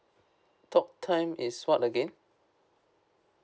talk time is what again